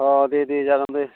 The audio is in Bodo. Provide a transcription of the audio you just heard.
अ दे दे जागोन दे